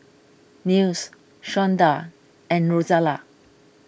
Nils Shonda and Rozella